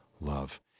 love